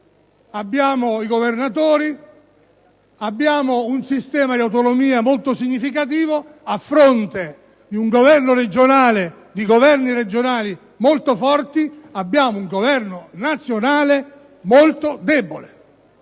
abbiamo i governatori, abbiamo un sistema di autonomie molto significativo. A fronte di Governi regionali molto forti, però, abbiamo un Governo nazionale molto debole.